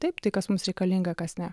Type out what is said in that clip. taip tai kas mums reikalinga kas ne